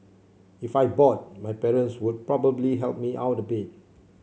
if I bought my parents would probably help me out a bit